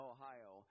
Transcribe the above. Ohio